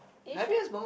you should